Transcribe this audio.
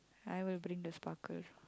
I will bring the sparkle